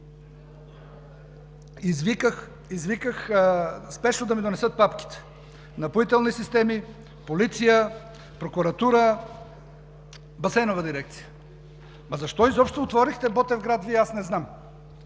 Извиках спешно да ми донесат папките – „Напоителни системи“, Полиция, Прокуратура, Басейнова дирекция. Ама защо Вие изобщо отворихте Ботевград, аз не знам?!